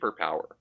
superpower